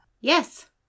Yes